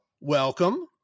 welcome